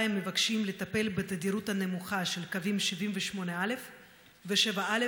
מבקשים לטפל בתדירות הנמוכה של קווים 78א ו-7א.